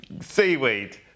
seaweed